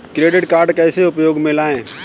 Credit card कैसे उपयोग में लाएँ?